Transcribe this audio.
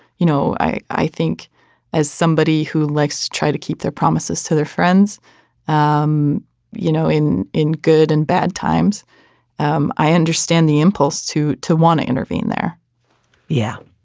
you know i i think as somebody who likes to try to keep their promises to their friends um you know in in good and bad times um i understand the impulse to to want to intervene there yeah.